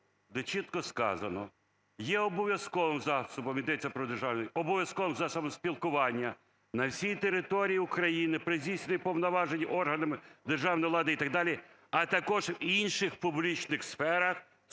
про державу, – обов'язковим засобом спілкування на всій території України при здійсненні повноважень органами державної влади і так далі, а також в інших публічних сферах